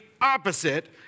opposite